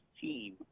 team